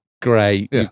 great